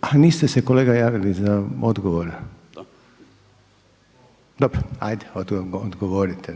A niste se kolega javili za odgovor. Dobro, ajde odgovorite,